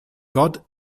god